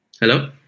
Hello